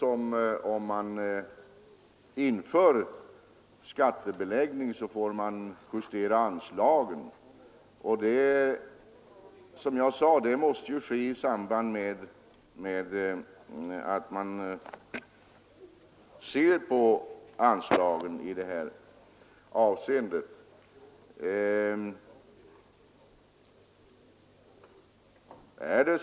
Om man inför skattebeläggning får man ju justera anslagen, och som jag sade måste det ske i samband med att man ser över dem i det här avseendet.